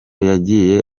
yagiye